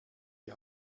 die